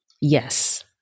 Yes